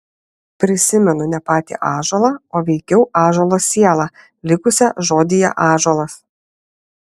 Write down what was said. prisimenu ne patį ąžuolą o veikiau ąžuolo sielą likusią žodyje ąžuolas